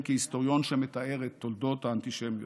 כהיסטוריון שמתאר את תולדות האנטישמיות.